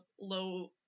low